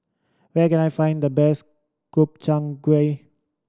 where can I find the best Gobchang Gui